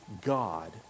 God